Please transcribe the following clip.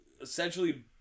essentially